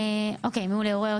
רן,